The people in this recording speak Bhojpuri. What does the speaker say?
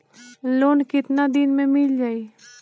लोन कितना दिन में मिल जाई?